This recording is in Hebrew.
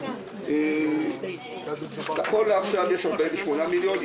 -- נכון לעכשיו יש 48 מיליון.